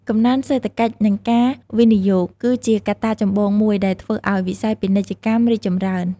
កំណើនសេដ្ឋកិច្ច និងការវិនិយោគ គឺជាកត្តាចម្បងមួយដែលធ្វើឱ្យវិស័យពាណិជ្ជកម្មរីកចម្រើន។